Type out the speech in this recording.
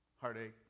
heartache